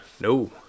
No